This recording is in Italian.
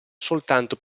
soltanto